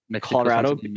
Colorado